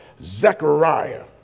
Zechariah